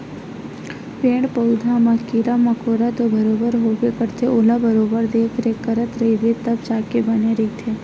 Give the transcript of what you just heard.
पेड़ पउधा म कीरा मकोरा तो बरोबर होबे करथे ओला बरोबर देखरेख करत रहिबे तब जाके बने रहिथे